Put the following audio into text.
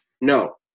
No